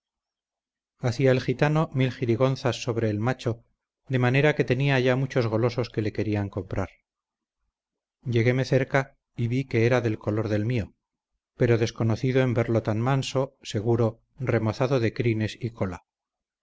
hacia el gitano mil gerigonzas sobre el macho de manera que tenía ya muchos golosos que le querían comprar lleguéme cerca y vi que era del color del mio pero desconocido en verlo tan manso seguro remozado de crines y cola